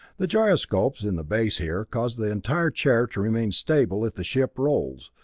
the gyroscopes in the base here cause the entire chair to remain stable if the ship rolls,